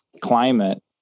climate